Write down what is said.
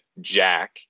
Jack